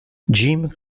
jim